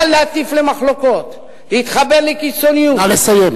קל להטיף למחלוקות, להתחבר לקיצוניות, נא לסיים.